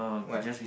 where